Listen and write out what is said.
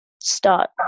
start